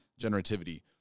generativity